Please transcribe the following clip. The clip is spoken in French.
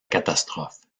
catastrophe